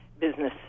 business